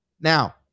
now